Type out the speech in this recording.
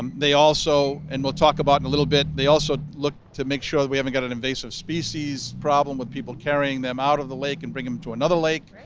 and they also, and we'll talk about it in a little bit, they also look to make sure that we haven't got an invasive species problem with people carrying them out of the lake and bringing them to another lake.